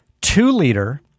two-liter